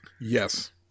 Yes